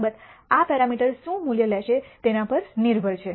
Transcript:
અલબત્ત આ પેરામીટર શું મૂલ્ય લેશે તેના પર નિર્ભર છે